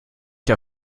der